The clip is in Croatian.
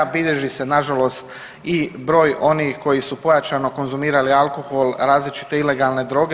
Bilježi se na žalost i broj onih koji su pojačano konzumirali alkohol, različite ilegalne droge.